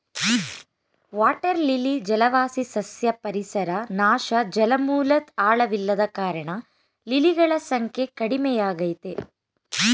water lily ಜಲವಾಸಿ ಸಸ್ಯ ಪರಿಸರ ನಾಶ ಜಲಮೂಲದ್ ಆಳವಿಲ್ಲದ ಕಾರಣ ಲಿಲಿಗಳ ಸಂಖ್ಯೆ ಕಡಿಮೆಯಾಗಯ್ತೆ